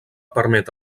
permet